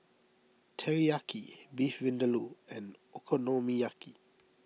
Teriyaki Beef Vindaloo and Okonomiyaki